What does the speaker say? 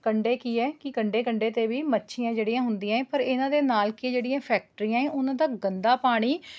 ਕੰਢੇ ਕੀ ਹੈ ਕਿ ਕੰਢੇ ਕੰਢੇ 'ਤੇ ਵੀ ਮੱਛੀਆਂ ਜਿਹੜੀਆਂ ਹੁੰਦੀਆਂ ਹੈ ਪਰ ਇਹਨਾਂ ਦੇ ਨਾਲ ਕੀ ਜਿਹੜੀਆਂ ਫੈਕਟਰੀਆਂ ਹੈ ਉਹਨਾਂ ਦਾ ਗੰਦਾ ਪਾਣੀ